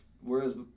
whereas